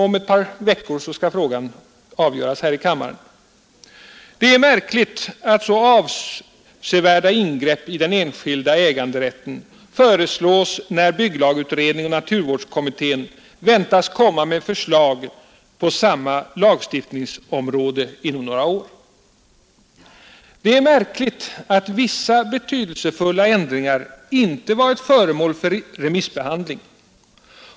Om ett par veckor skall frågan avgöras här i kammaren. Det är märkligt att så avsevärda ingrepp i den enskilda äganderätten föreslås när bygglagutredningen och naturvårdskommittén väntas komma med förslag på samma lagstiftningsområde inom några år. Det är märkligt att vissa betydelsefulla ändringar inte varit föremål för remissbehandling.